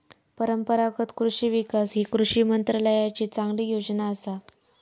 परंपरागत कृषि विकास ही कृषी मंत्रालयाची चांगली योजना असा